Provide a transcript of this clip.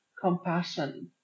Compassion